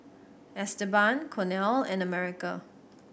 Esteban Cornel and America